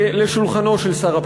משפט אחרון.